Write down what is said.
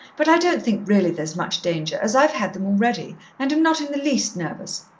but i don't think really there's much danger, as i've had them already and am not in the least nervous.